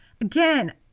Again